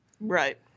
Right